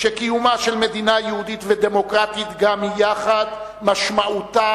שקיומה של מדינה יהודית ודמוקרטית גם יחד משמעותו